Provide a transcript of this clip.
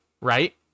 Right